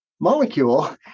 molecule